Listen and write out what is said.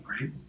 right